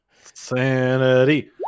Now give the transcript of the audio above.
sanity